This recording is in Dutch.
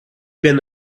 ben